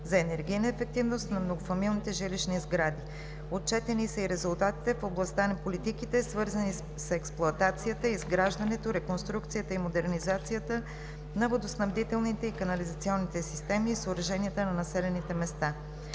за енергийна ефективност на многофамилните жилищни сгради. Отчетени са и резултатите в областта на политиките, свързани с експлоатацията, изграждането, реконструкцията и модернизацията на водоснабдителните и канализационните системи и съоръженията на населените места.